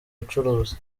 bucuruzi